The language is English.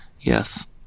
Yes